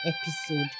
episode